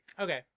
Okay